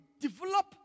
develop